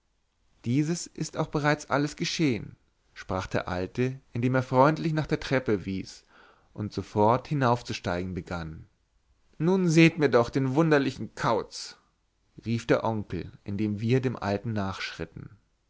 dieses ist auch bereits alles geschehen sprach der alte indem er freundlich nach der treppe wies und sofort hinaufzusteigen begann nun seht mir doch den wunderlichen kauz rief der onkel indem wir dem alten